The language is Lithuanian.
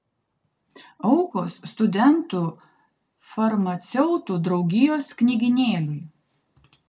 aukos studentų farmaceutų draugijos knygynėliui